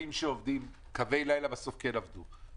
בריאותם של הנהגים שבאמת עובדים מול כל הציבור,